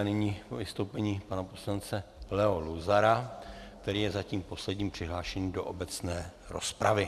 Nyní vystoupení pana poslance Leo Luzara, který je zatím posledním přihlášeným do obecné rozpravy.